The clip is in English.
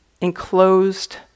enclosed